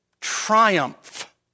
triumph